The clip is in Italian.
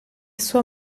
sua